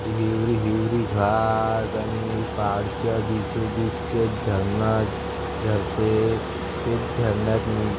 हिरवी हिरवी घास आणि पहाडच्या बिचोबीचचे झरना झरते तेच झरन्यातनी